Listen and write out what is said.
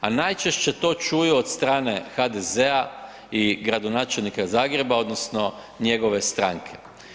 A najčešće to čuju od strane HDZ-a i gradonačelnika Zagreba odnosno njegove stranke.